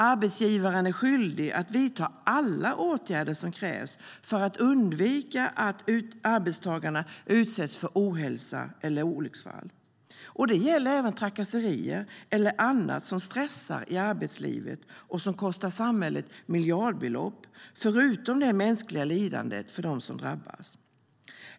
Arbetsgivaren är skyldig att vidta alla åtgärder som krävs för att undvika att arbetstagarna utsätts för ohälsa eller olycksfall. Det gäller även trakasserier och annat som stressar i arbetslivet och som kostar samhället miljardbelopp, förutom det mänskliga lidandet för dem som drabbas.